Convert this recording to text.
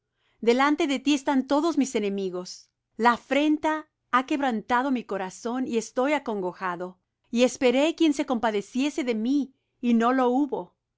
delante de ti están todos mis enemigos la afrenta ha quebrantado mi corazón y estoy acongojado y esperé quien se compadeciese de mí y no lo hubo